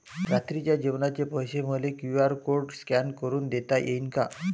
रात्रीच्या जेवणाचे पैसे मले क्यू.आर कोड स्कॅन करून देता येईन का?